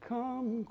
come